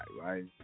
right